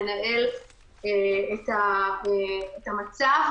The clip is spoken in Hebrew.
לנהל את המצב.